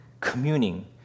communing